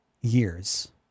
years